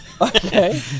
Okay